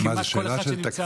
כמעט כל אחד שנמצא,